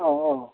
अ अ